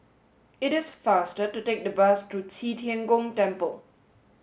it is faster to take the bus to Qi Tian Gong Temple